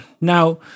Now